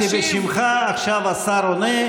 שאלתי בשמך, עכשיו השר עונה.